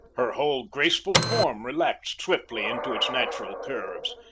her whole graceful form relaxed swiftly into its natural curves,